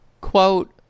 Quote